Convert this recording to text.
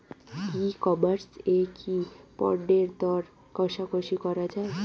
ই commerce এ কি পণ্যের দর কশাকশি করা য়ায়?